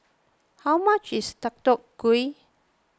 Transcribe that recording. how much is Deodeok Gui